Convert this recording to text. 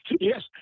yes